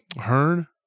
Hearn